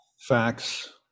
Facts